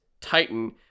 titan